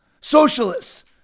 Socialists